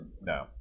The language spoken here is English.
No